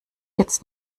jetzt